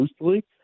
loosely